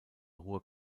ruhr